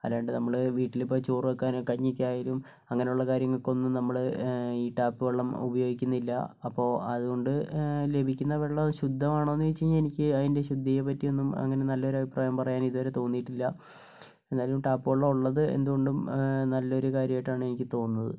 അല്ലാണ്ട് നമ്മൾ വീട്ടിൽ ഇപ്പോൾ ചോറ് വെക്കാനോ കഞ്ഞിക്കായാലും അങ്ങനെയുള്ള കാര്യങ്ങൾക്കൊന്നും നമ്മൾ ഈ ടാപ്പ് വെള്ളം ഉപയോഗിക്കുന്നില്ല അപ്പോൾ അത്കൊണ്ട് ലഭിക്കുന്ന വെള്ളം ശുദ്ധമാണോയെന്ന് ചോദിച്ച് കഴിഞ്ഞാൽ എനിക്ക് അതിൻ്റെ ശുദ്ധിയെപ്പറ്റിയൊന്നും അങ്ങനെ നല്ലൊരു അഭിപ്രായം പറയാൻ ഇതുവരെ തോന്നിയിട്ടില്ല എന്തായാലും ടാപ്പ് വെള്ളം ഉള്ളത് എന്തുകൊണ്ടും നല്ലൊരു കാര്യമായിട്ടാണ് എനിക്ക് തോന്നുന്നത്